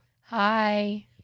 Hi